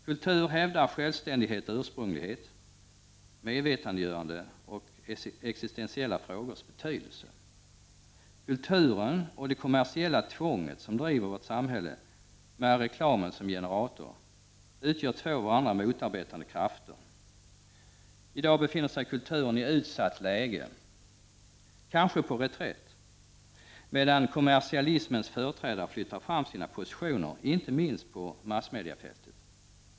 Kultur hävdar självständighet och ursprunglighet, medvetandegörande och existentiella frågors betydelse. Kulturen och det kommersiella tvånget som driver vårt samhälle, med reklamen som generator, utgör två varandra motarbetande krafter. I dag befinner sig kulturen i utsatt läge, kanske på reträtt, medan kommersialismens företrädare flyttar fram sina positioner, inte minst på massmediafältet.